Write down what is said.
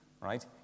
right